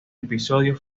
episodio